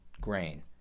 grain